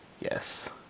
Yes